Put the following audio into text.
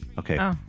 Okay